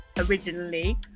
originally